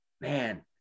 man